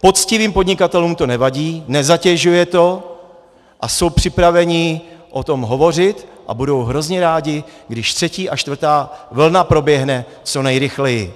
Poctivým podnikatelům to nevadí, nezatěžuje to a jsou připraveni o tom hovořit a budou hrozně rádi, když třetí a čtvrtá vlna proběhne co nejrychleji.